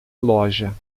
loja